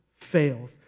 fails